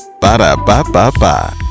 Ba-da-ba-ba-ba